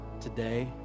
Today